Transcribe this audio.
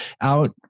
out